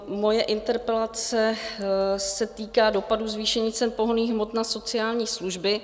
Moje interpelace se týká dopadu zvýšení cen pohonných hmot na sociální služby.